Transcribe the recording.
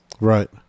Right